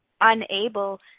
unable